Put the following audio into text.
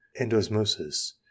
endosmosis